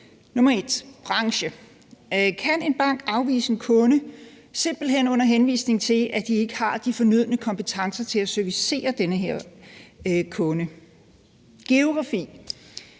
1. Branche: Kan en bank afvise en kunde simpelt hen under henvisning til, at den ikke har de fornødne kompetencer til at servicere den her kunde? Nummer to.